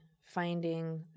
finding